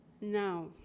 now